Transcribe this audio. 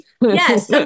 Yes